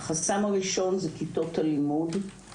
החסם הראשון זה כיתות הלימוד.